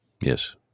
Yes